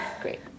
Great